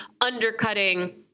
undercutting